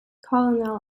colonel